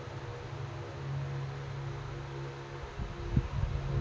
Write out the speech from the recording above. ನಿಮ್ಮ ಬ್ಯಾಂಕ್ ದಾಗ್ ಉಳಿತಾಯ ಖಾತಾ ತೆಗಿಲಿಕ್ಕೆ ಏನ್ ದಾಖಲೆ ಬೇಕು?